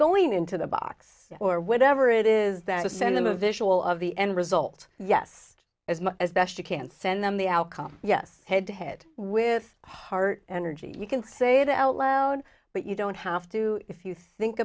going into the box or whatever it is that is send them a visual of the end result yes as much as best you can send them the outcome yes head to head with heart energy you can say it out loud but you don't have to if you think